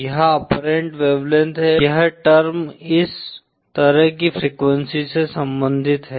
यह apparent wavelength है और यह टर्म इस तरह की फ्रीक्वेंसी से संबंधित है